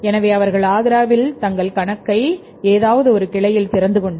எனவே அவர்கள் ஆக்ராவில் தங்கள் கணக்கைத் ஏதாவது ஒரு கிளையில் திறந்துகொண்டு